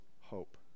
hope